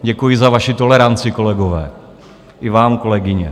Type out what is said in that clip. Děkuji za vaši toleranci, kolegové, i vám kolegyně.